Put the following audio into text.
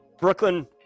Brooklyn